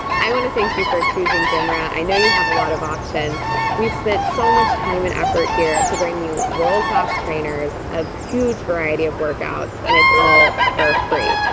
i want to thank you for choosing gym rat i know you have a lot of options we've spent so much time and effort here to bring you world-class trainers of huge variety of workouts and it's all for free.